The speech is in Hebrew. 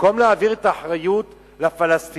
במקום להעביר את האחריות לפלסטינים,